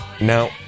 Now